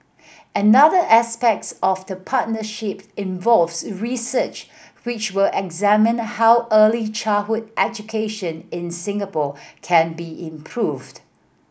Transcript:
another aspects of the partnership involves research which will examine how early childhood education in Singapore can be improved